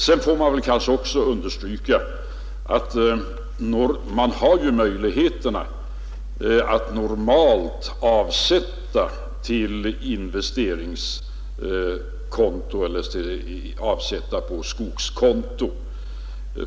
Man får också understryka att det finns möjlighet att normalt avsätta på investeringskonto eller på skogskonto.